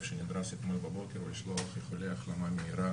שנדרס אתמול בבוקר ולשלוח איחולי החלמה מהירה